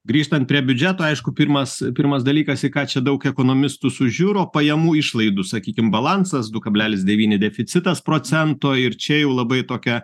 grįžtant prie biudžeto aišku pirmas pirmas dalykas į ką čia daug ekonomistų sužiuro pajamų išlaidų sakykim balansas du kablelis devyni deficitas procento ir čia jau labai tokia